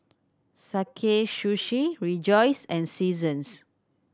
Sakae Sushi Rejoice and Seasons